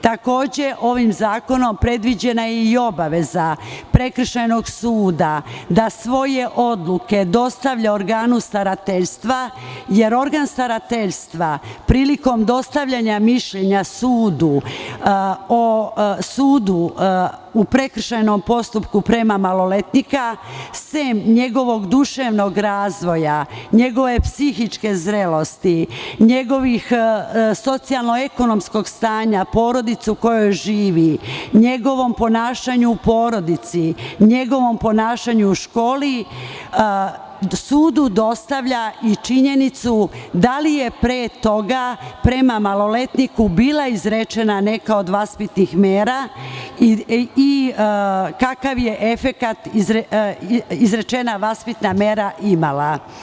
Takođe, ovim zakonom predviđena je i obaveza prekršajnog suda da svoje odluke dostavlja organu starateljstva jer organ starateljstva, prilikom dostavljanja mišljenja sudu u prekršajnom postupku prema maloletniku, sem njegovog duševnog razvoja, njegove psihičke zrelosti, njegovog socijalno-ekonomskog stanja porodice u kojoj živi, njegovom ponašanju u porodici, njegovom ponašanju u školi, sudu dostavlja i činjenicu da li je pre toga prema maloletniku bila izrečena neka od vaspitnih mera i kakav je efekat izrečena vaspitna mera imala.